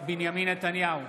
בנימין נתניהו,